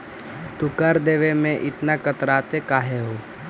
तू कर देवे में इतना कतराते काहे हु